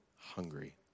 hungry